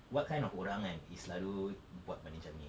what kind of orang kan is selalu buat benda macam ni